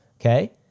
okay